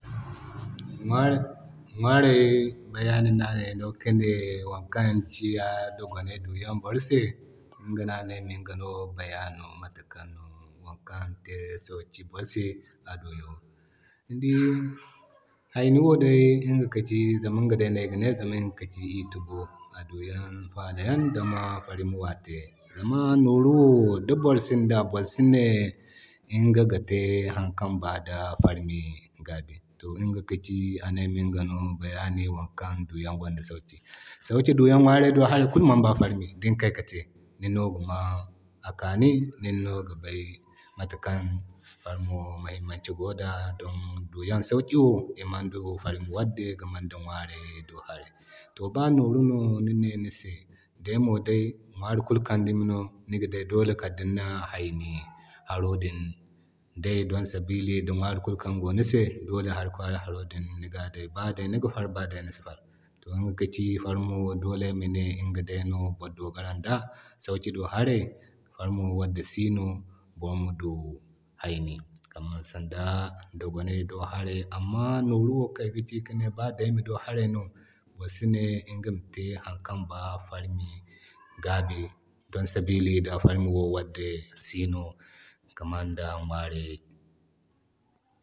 Ŋwarey bayani no ane ayma te iga se wo kan kiya duu yaŋ gwanda sauki borose iŋga no a ne ayma ŋga no bayani mate kan wokan te sauki borose. Ni dii hayniwo ŋga ka ci zama ŋga no ayga ne zama ŋga ka ci iri tubo a duyan falayan dima farmi wate. Zama nooru wo di boro sinda boro si ne niga te hari kan ba da farmi gabi. To iŋga ka ci ane ay ma te iŋga se bayani wo kan duyan gonda sauki. Sauki du Yan ŋwarey do hara kulu man ba farmi din Kay ka te, nino ga ma a kaani nino ga bay mata kan farmo mahimmanci go da. Du yan sauki wo ayman du farmi wande gamen da ŋwaray do haray. To ba nooru no nine ni se daymo day nwari kulkan dumi no niga day dole Kal din na hayni haro din day don sabili da nwari kulkan go ni se dole hari kwaaray haro din niga day baniga far baday ni si far. To ŋga ka ci farmo wo dole ayama ne inga dai no boro dogaran da sauki do haray farmi wadde sino boro ma do hayni, kam sanda dogonay do haray. Amma nooru wo kan iga ci ba Dami do haray no boro si ne igama te hankan ba farmi Gabi, don sabili da farmi wo wadde si no game da ŋwarey